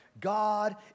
God